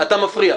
אתה מפריע.